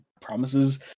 promises